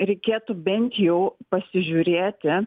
reikėtų bent jau pasižiūrėti